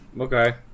Okay